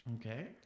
okay